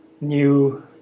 new